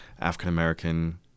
African-American